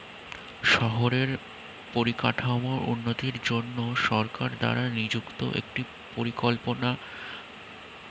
শহরের পরিকাঠামোর উন্নতির জন্য সরকার দ্বারা নিযুক্ত একটি পরিকল্পনা